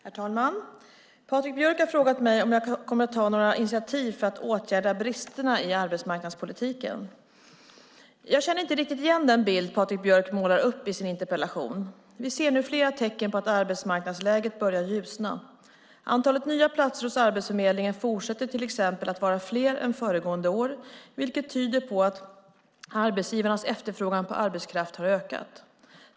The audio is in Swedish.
Herr talman! Patrik Björck har frågat mig om jag kommer att ta några initiativ för att åtgärda bristerna i arbetsmarknadspolitiken. Jag känner inte riktigt igen den bild Patrik Björck målar upp i sin interpellation. Vi ser nu flera tecken på att arbetsmarknadsläget börjar ljusna. Antalet nya platser hos Arbetsförmedlingen fortsätter till exempel att vara fler än föregående år, vilket tyder på att arbetsgivarnas efterfrågan på arbetskraft har ökat.